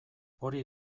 hori